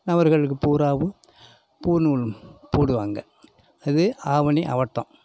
நபர்களுக்கு பூராவும் பூ நூல் போடுவாங்க இது ஆவணி அவிட்டம்